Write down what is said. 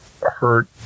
hurt